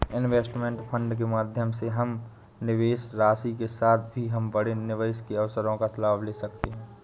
investment fund के माध्यम से हम कम निवेश राशि के साथ भी हम बड़े निवेश के अवसरों का लाभ ले सकते हैं